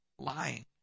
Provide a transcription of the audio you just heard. lying